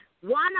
One